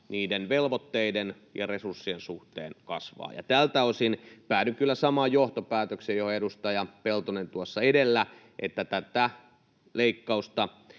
niiden velvoitteiden ja resurssien suhteen kasvaa. Tältä osin päädyn kyllä samaan johtopäätökseen kuin edustaja Peltonen tuossa edellä, että tätä leikkausta